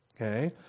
Okay